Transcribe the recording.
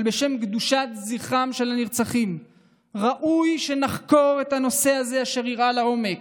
אבל בשם קדושת זכרם של הנרצחים ראוי שנחקור את הנושא הזה שאירע לעומק,